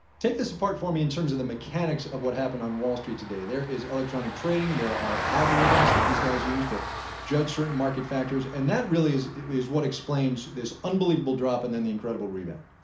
take this apart for me in terms of the mechanics of what happened on wall street today. there is electronic trading, there are algorithms that these guys use to judge certain market factors. and that, really, is is what explains this unbelievable drop and then the incredible rebound.